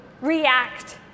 react